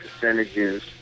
percentages